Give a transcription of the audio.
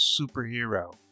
superhero